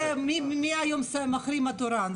זה מי היום המחרים התורן.